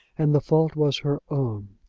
and the fault was her own.